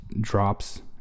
drops